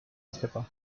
pepper